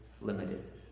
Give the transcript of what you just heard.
limited